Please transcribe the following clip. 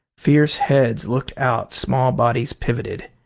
fierce heads looked out small bodies pivoted.